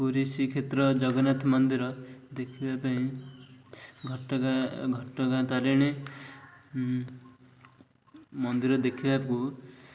ପୁରୀ ଶୀକ୍ଷେତ୍ର ଜଗନ୍ନାଥ ମନ୍ଦିର ଦେଖିବା ପାଇଁ ଘଟଗାଁ ତାରିଣୀ ମନ୍ଦିର ଦେଖିବାକୁ